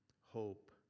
hope